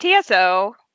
TSO